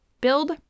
build